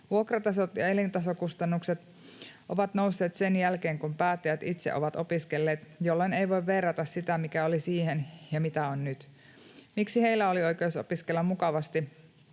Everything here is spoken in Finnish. Vuokratasot ja elintasokustannukset ovat nousseet sen jälkeen, kun päättäjät itse ovat opiskelleet, jolloin ei voi verrata sitä, mikä oli, siihen, mitä on nyt. Miksi heillä oli oikeus opiskella mukavasti,